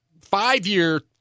five-year